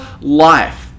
life